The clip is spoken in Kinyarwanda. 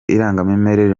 irangamimerere